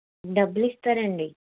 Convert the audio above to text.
డబ్బులు ఇస్తారండి